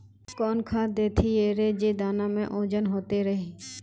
कौन खाद देथियेरे जे दाना में ओजन होते रेह?